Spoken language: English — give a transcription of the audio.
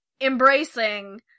embracing